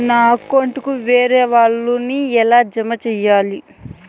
నా అకౌంట్ కు వేరే వాళ్ళ ని ఎలా జామ సేయాలి?